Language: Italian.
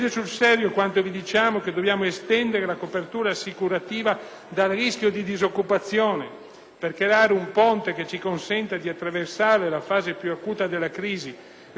per creare un ponte che ci consenta di attraversare la fase più acuta della crisi, riducendo il rischio che l'incalzare della stessa provochi un aumento della disoccupazione